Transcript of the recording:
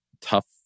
tough